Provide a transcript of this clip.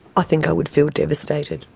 i think i would feel devastated.